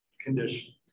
condition